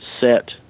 set